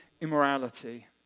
immorality